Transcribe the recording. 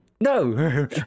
No